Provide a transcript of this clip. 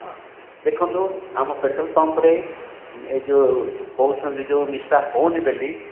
ହଁ ଦେଖନ୍ତୁ ଆମ ପେଟ୍ରୋଲ୍ ପମ୍ପରେ ଏଇ ଯେଉଁ କହୁଛନ୍ତି ଯେଉଁ ମିଶା ହେଉନି ବୋଲି